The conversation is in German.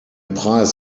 preis